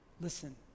Listen